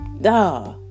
duh